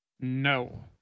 no